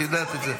ואת יודעת את זה.